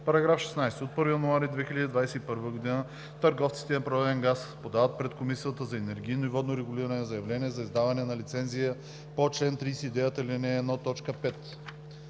§ 19: „§ 16. От 1 януари 2021 г. търговците на природен газ подават пред Комисията за енергийно и водно регулиране заявления за издаване на лицензия по чл. 39, ал. 1, т. 5.